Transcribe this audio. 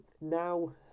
Now